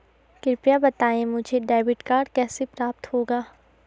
कृपया बताएँ मुझे डेबिट कार्ड कैसे प्राप्त होगा?